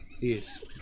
Yes